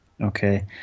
Okay